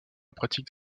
pratique